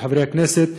חברי הכנסת,